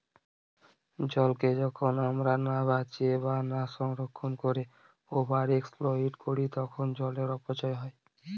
জলকে যখন আমরা না বাঁচিয়ে বা না সংরক্ষণ করে ওভার এক্সপ্লইট করি তখন জলের অপচয় হয়